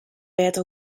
bêd